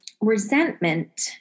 resentment